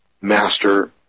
master